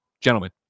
Gentlemen